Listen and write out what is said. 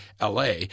LA